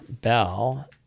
bell